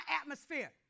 atmosphere